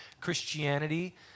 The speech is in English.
Christianity